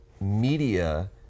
media